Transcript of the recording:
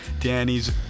Danny's